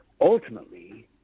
Ultimately